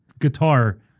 guitar